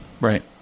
Right